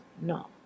No